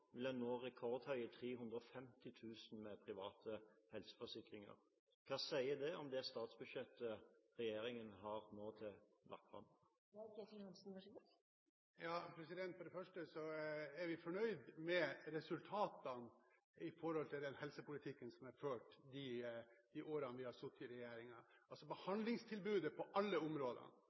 vil nå rekordhøye 350 000 med private helseforsikringer. Hva sier det om det statsbudsjettet regjeringen nå har lagt fram? Vi er fornøyd med resultatene når det gjelder den helsepolitikken som er ført de årene vi har sittet i regjering. Behandlingstilbudet på alle